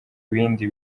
bindi